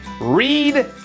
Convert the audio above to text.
read